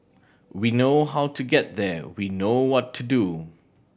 we know how to get there we know what to do